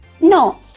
No